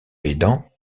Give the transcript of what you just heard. aidant